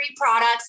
products